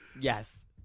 Yes